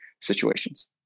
situations